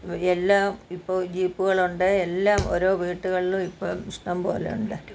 എല്ലാം ഇപ്പോള് ജീപ്പുകളുണ്ട് എല്ലാം ഓരോ വീടുകളിലും ഇപ്പോള് ഇഷ്ടംപോലെയുണ്ട്